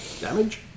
Damage